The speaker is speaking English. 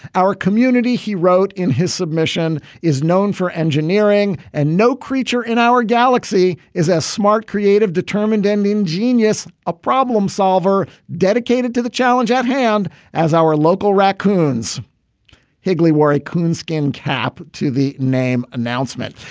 our community, he wrote in his submission is known for engineering and no creature in our galaxy is as smart, creative, determined and ingenious. a problem solver dedicated to the challenge at hand as our local raccoons higly worry. coonskin cap to the name announcement.